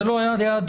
זה לא היה הדיון.